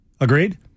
Agreed